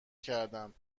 کردم